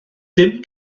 dim